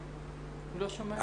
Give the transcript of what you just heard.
לא חודשיים.